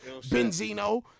Benzino